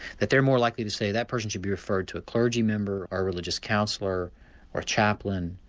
that they're more likely to say that person should be referred to a clergy member or a religious counsellor or chaplain.